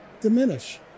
diminish